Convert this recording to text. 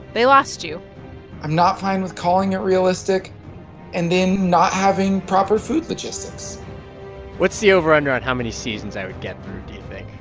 they lost you i'm not fine with calling it realistic and then not having proper food logistics what's the over under on how many seasons i would get through, do you think?